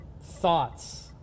thoughts